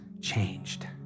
changed